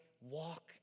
walk